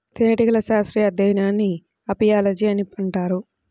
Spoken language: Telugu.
తేనెటీగల శాస్త్రీయ అధ్యయనాన్ని అపియాలజీ అని అంటారు